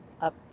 up